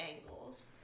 angles